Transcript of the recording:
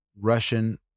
Russian